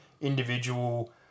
individual